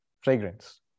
fragrance